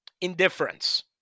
indifference